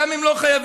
גם אם לא חייבים.